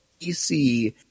PC